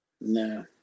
No